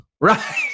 Right